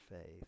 faith